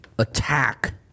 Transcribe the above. Attack